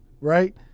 right